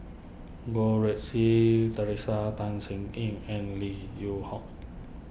Goh Rui Si theresa Tan Ean and Lim Yew Hock